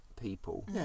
people